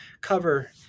cover